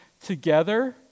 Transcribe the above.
together